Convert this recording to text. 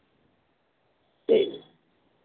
جی